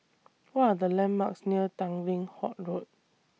What Are The landmarks near Tanglin Halt Road